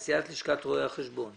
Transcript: תקנות רואי חשבון (תיקון), התשע"ח-